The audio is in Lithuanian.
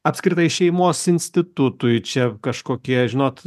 apskritai šeimos institutui čia kažkokie žinot